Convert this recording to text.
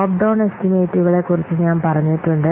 top down എസ്റ്റിമേറ്റുകളെക്കുറിച്ച് ഞാൻ പറഞ്ഞിട്ടുണ്ട്